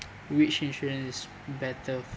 which insurance is better